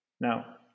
Now